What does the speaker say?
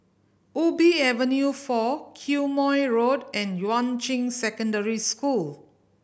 Ubi Avenue Four Quemoy Road and Yuan Ching Secondary School